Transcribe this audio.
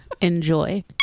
Enjoy